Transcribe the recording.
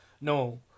No